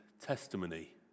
testimony